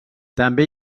també